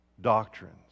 doctrines